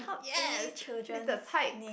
yes leak the type